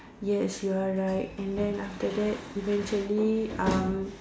yes you are right and then after that eventually um